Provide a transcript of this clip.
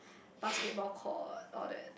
basketball court all that